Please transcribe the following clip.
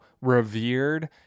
revered